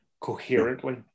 coherently